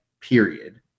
period